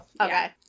okay